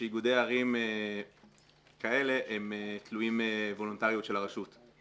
שאיגודי ערים כאלה הם תלויים וולונטריות של הרשות.